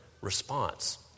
response